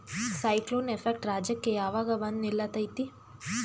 Cyclone effect ರಾಜ್ಯಕ್ಕೆ ಯಾವಾಗ ಬಂದ ನಿಲ್ಲತೈತಿ?